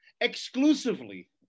exclusively